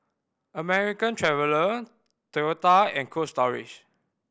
American Traveller Toyota and Cold Storage